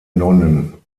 nonnen